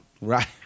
Right